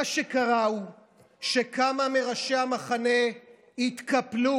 מה שקרה הוא שכמה מראשי המחנה התקפלו,